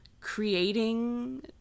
creating